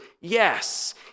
yes